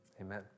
Amen